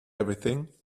everything